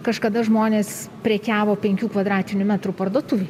kažkada žmonės prekiavo penkių kvadratinių metrų parduotuvėj